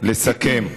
לסכם.